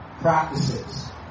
practices